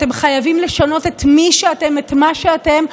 אתם חייבים לשנות את מי שאתם ואת מה שאתם,